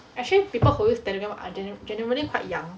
actually people who use telegram are gener~ generally quite young